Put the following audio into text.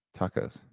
Tacos